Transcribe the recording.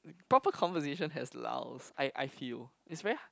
proper conversation has lulls I I feel it's very